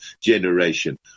generation